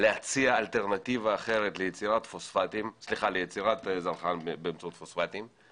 להציע אלטרנטיבה אחרת ליצירת זרחן באמצעות פוספטים,